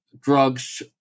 drugs